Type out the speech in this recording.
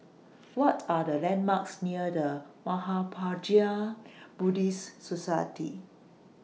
What Are The landmarks near The Mahaprajna Buddhist Society